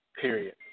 Period